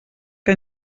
que